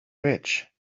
rich